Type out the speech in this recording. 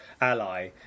ally